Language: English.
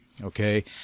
Okay